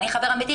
אני חבר אמיתי,